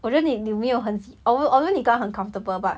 我说 although although li gang uncomfortable but